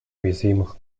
уязвимых